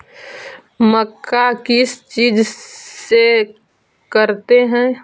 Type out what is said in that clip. मक्का किस चीज से करते हैं?